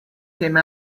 came